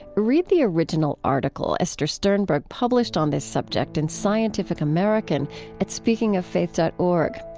read the original article esther sternberg published on this subject in scientific american at speakingoffaith dot org.